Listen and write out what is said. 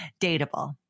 Dateable